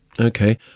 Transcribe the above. Okay